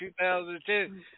2010